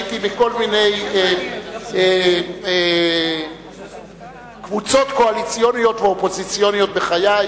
הייתי בכל מיני קבוצות קואליציוניות ואופוזיציוניות בחיי,